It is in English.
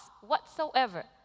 whatsoever